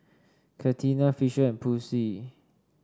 Catina Fisher and Posey